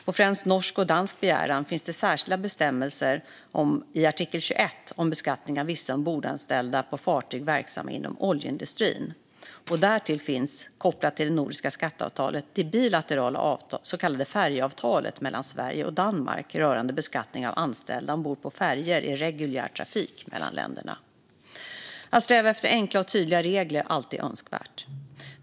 På främst norsk och dansk begäran finns det särskilda bestämmelser i artikel 21 om beskattning av vissa ombordanställda på fartyg verksamma inom oljeindustrin. Därtill finns, kopplat till det nordiska skatteavtalet, det bilaterala så kallade färjeavtalet mellan Sverige och Danmark rörande beskattning av anställda ombord på färjor i reguljär trafik mellan länderna. Att sträva efter enkla och tydliga regler är alltid önskvärt.